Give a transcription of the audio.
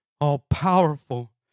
all-powerful